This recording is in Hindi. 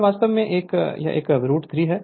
यह वास्तव में यह एक यह एक बस रूट 3 है